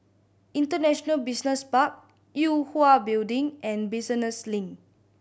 International Business Park Yue Hwa Building and Business Link